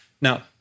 Now